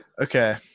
Okay